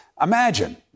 Imagine